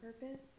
purpose